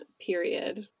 period